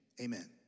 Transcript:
Amen